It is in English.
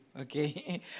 okay